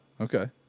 Okay